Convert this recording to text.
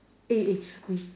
eh eh we